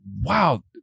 wow